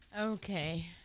Okay